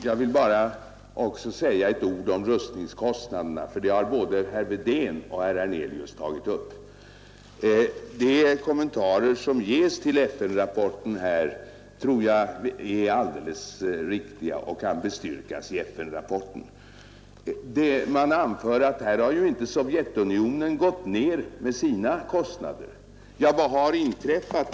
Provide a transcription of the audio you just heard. Herr talman! Jag vill också säga ett ord om rustningskostnaderna, som både herr Wedén och herr Hernelius har tagit upp. Jag tror att de kommentarer som ges till FN-rapporten är alldeles riktiga och kan bestyrkas i denna rapport. Man anför nu att Sovjetunionen inte har minskat sina kostnader. Ja, vad har inträffat?